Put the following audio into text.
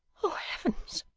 o heavens!